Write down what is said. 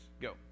Go